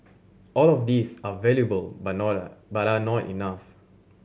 all of these are valuable but not are but are not enough